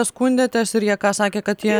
skundėtės ir jie ką sakė kad jie